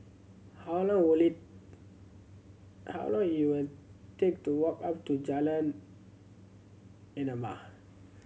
how long will it how long your take to walk up to Jalan Enam